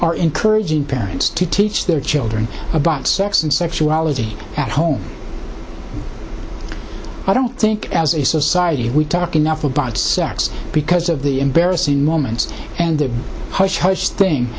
are encouraging parents to teach their children about sex and sexuality at home i don't think as a society we talk enough about sex because of the embarrassing moments and the hush